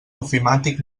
ofimàtic